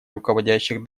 руководящих